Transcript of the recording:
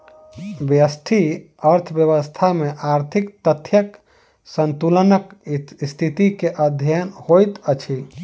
व्यष्टि अर्थशास्त्र में आर्थिक तथ्यक संतुलनक स्थिति के अध्ययन होइत अछि